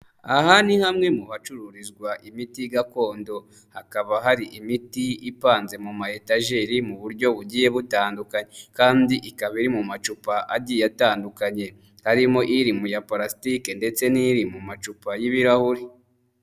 Aha ni hamwe mu hacururizwa imiti gakondo, hakaba hari imiti ipanze mu ma etajeri mu buryo bugiye butandukanye, kandi ikaba iri mu macupa agiye atandukanye. Harimo iri mu ya purasitike ndetse n'iri mu macupa y'ibirahuri.